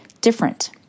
different